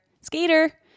Skater